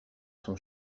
son